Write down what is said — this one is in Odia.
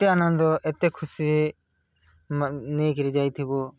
ଏତେ ଆନନ୍ଦ ଏତେ ଖୁସି ନେଇ କରି ଯାଇଥିବୁ